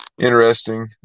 interesting